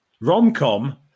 rom-com